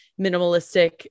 minimalistic